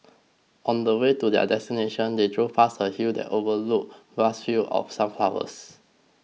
on the way to their destination they drove past a hill that overlooked vast fields of sunflowers